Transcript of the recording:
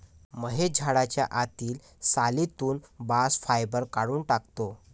महेश झाडाच्या आतील सालीतून बास्ट फायबर काढून टाकतो